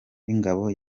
b’ingabo